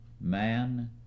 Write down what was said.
man